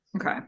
Okay